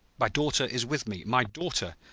my daughter is with me. my daughter!